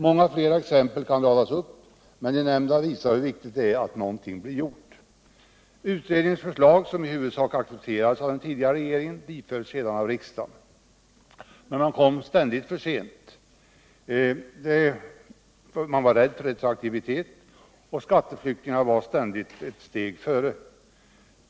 Många flera exempel kan radas upp, men de nämnda visar hur viktigt det är att någonting blir gjort. Utredningens förslag, som i huvudsak accepterades av den tidigare regeringen, bifölls sedan av riksdagen. Men man kom ständigt för sent. Man var rädd för retroaktivitet, och skatteflyktingarna var alltid ett steg före.